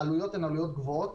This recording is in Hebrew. העלויות הן עלויות גבוהות